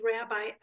rabbi